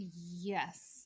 Yes